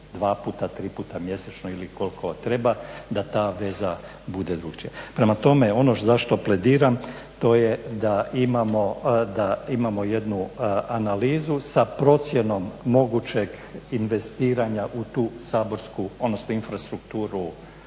dva puta, tri puta mjesečno ili koliko treba da ta veza bude drukčija. Prema tome, ono zašto plediram, to je da imamo, da imamo jednu analizu sa procjenom mogućeg investiranja u tu saborsku, odnosno infrastrukturu